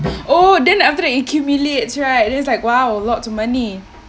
oh then after that it accumulates right then it's like !wow! lots of money